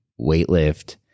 weightlift